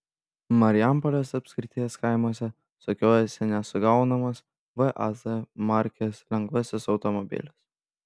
marijampolės apskrities kaimuose sukiojasi nesugaunamas vaz markės lengvasis automobilis